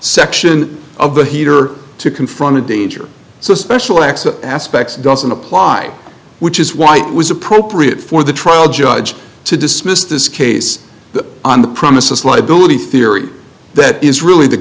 section of the heat or to confront a danger so special access aspects doesn't apply which is why it was appropriate for the trial judge to dismiss this case the on the premises liability theory that is really the